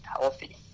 healthy